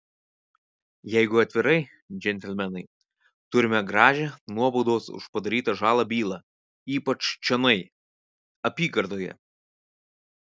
jeigu atvirai džentelmenai turime gražią nuobaudos už padarytą žalą bylą ypač čionai apygardoje